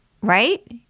right